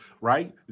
right